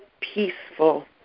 peaceful